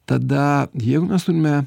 tada jeigu mes turime